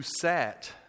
sat